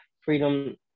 Freedom